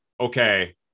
okay